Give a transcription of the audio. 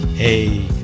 Hey